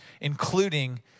including